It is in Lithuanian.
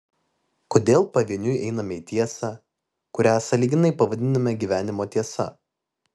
kodėl pavieniui einame į tiesą kurią sąlyginai pavadiname gyvenimo tiesa